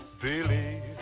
believe